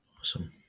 awesome